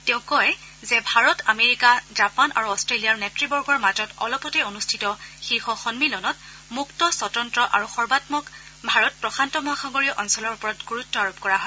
তেওঁ কয় যে ভাৰত আমেৰিকা জাপান আৰু অট্টেলিয়াৰ নেত্বৰ্গৰ মাজত অলপতে অনুষ্ঠিত শীৰ্ষ সন্মিলনত মুক্ত স্থতন্ত্ৰ আৰু সৰ্বাম্মক ভাৰত প্ৰশান্ত মহাসাগৰীয় অঞ্চলৰ ওপৰত গুৰুত্ব আৰোপ কৰা হয়